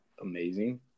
amazing